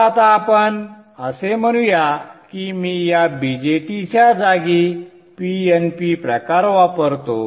तर आता आपण असे म्हणूया की मी या BJT च्या जागी PNP प्रकार वापरतो